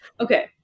Okay